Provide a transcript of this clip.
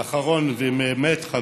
ואחרון ובאמת חביב,